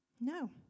No